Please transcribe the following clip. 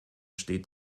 steht